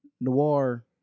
Noir